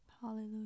Hallelujah